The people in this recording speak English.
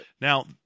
Now